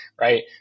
right